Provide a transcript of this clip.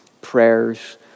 prayers